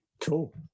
Cool